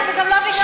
לא בגלל הפלסטינים,